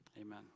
Amen